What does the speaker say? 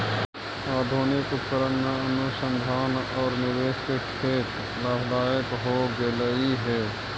आधुनिक उपकरण में अनुसंधान औउर निवेश से खेत लाभदायक हो गेलई हे